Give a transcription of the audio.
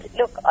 look